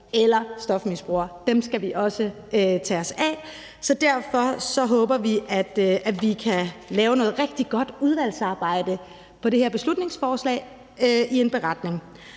eller stofmisbrugere? Dem skal vi også tage os af. Så derfor håber vi, at vi kan lave noget rigtig godt udvalgsarbejde omkring det her beslutningsforslag i en beretning.